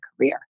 career